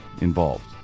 involved